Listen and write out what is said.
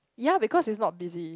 ya because it's not busy